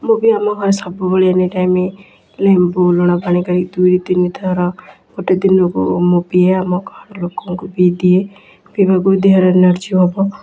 ମୁଁ ବି ଆମ ଘରେ ସବୁବେଳେ ଏନି ଟାଇମ୍ ଲେମ୍ବୁ ଲୁଣ ପାଣି କରିକି ଦୁଇ ତିନିଥର ଗୋଟେ ଦିନକୁ ମୁଁ ପିଏ ଆମ ଘର ଲୋକଙ୍କୁ ବି ଦିଏ ପିଇବାକୁ ଦେହର ଏନର୍ଜି ହେବ